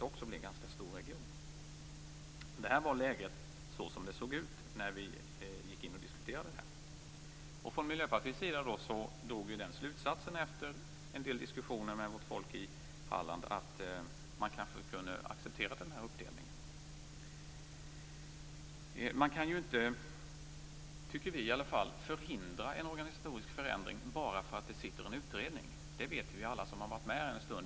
Också det skulle alltså bli en ganska stor region. Så såg läget ut när vi började diskutera saken. I Miljöpartiet drog vi efter en del diskussioner med vårt folk i Halland slutsatsen att den här uppdelningen kanske kunde accepteras. Vi anser att det inte går att förhindra en organisatorisk förändring bara därför att det sitter en utredning och jobbar med frågan.